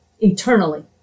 eternally